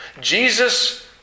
Jesus